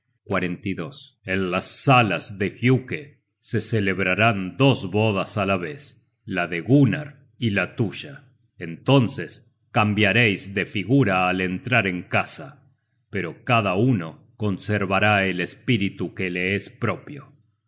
como el mundo en las salas de giuke se celebrarán dos bodas á la vez la de gunnar y la tuya entonces cambiareis de figura al entrar en casa pero cada uno conservará el espíritu que le es propio